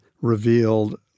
revealed